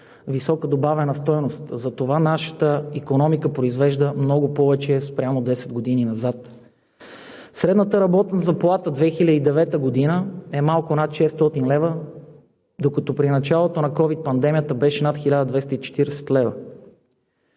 висока добавена стойност. Затова нашата икономика произвежда много повече спрямо десет години назад. Средната работна заплата в 2009 г. е малко над 600 лв., докато при началото на ковид пандемията беше над 1240 лв.